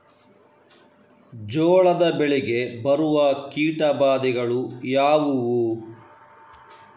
ಜೋಳದ ಬೆಳೆಗೆ ಬರುವ ಕೀಟಬಾಧೆಗಳು ಯಾವುವು?